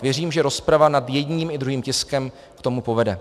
Věřím, že rozprava nad jedním i druhým tiskem k tomu povede.